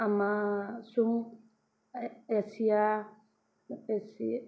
ꯑꯃꯁꯨꯡ ꯑꯦꯁꯤꯌꯥ